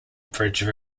bridge